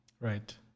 Right